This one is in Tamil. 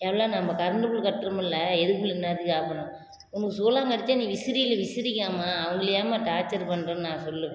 எவ்வளோ நம்ம கரண்டு பில் கட்டுறமில்ல எதுக்கு புள்ள இந்நேரத்துக்கு ஆஃப் பண்ணணும் உங்களுக்கு சூலாங்கடிச்சா நீ விசிறியில் விசிறிக்கம்மா அவங்கள ஏம்மா டார்ச்சர் பண்ணுறேன்னு நான் சொல்லுவேன்